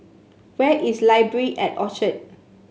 where is Library at Orchard